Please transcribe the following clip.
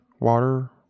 Water